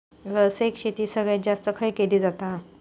व्यावसायिक शेती सगळ्यात जास्त खय केली जाता?